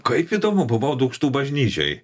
kaip įdomu buvau dūkštų bažnyčioj